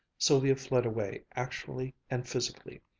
sylvia fled away actually and physically,